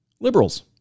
Liberals